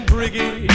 Briggy